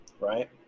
right